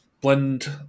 Blend